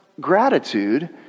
gratitude